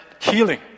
healing